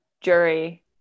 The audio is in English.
jury